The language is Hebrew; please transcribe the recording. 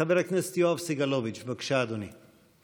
חבר הכנסת יואב סגלוביץ', בבקשה, אדוני.